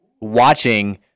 watching